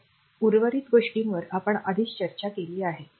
तर उर्वरित गोष्टींवर आपण आधीच चर्चा केली आहे